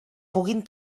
puguin